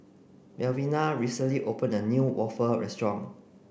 Melvina recently opened a new waffle restaurant